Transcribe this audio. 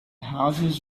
houses